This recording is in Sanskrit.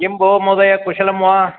किं भो महोदय कुशलः वा